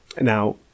now